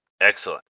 Excellent